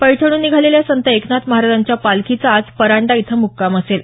पैठणहून निघालेल्या संत एकनाथ महाराजांच्या पालखीचा आज परांडा इथं मुक्काम असेल